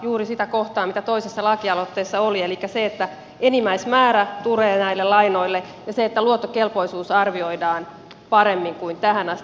juuri se kohta mikä toisessa lakialoitteessa oli elikkä se että enimmäismäärä tulee näille lainoille ja se että luottokelpoisuus arvioidaan paremmin kuin tähän asti